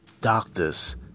doctors